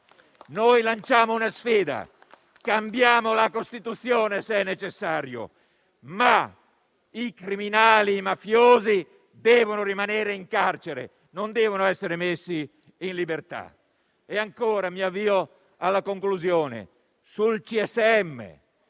Noi lanciamo una sfida: cambiamo la Costituzione, se è necessario, ma i criminali mafiosi devono rimanere in carcere, non devono essere messi in libertà. Mi avvio alla conclusione. Lei dice